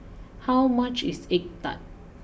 how much is Egg Tart